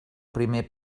primer